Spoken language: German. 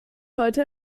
heute